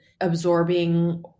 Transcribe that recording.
absorbing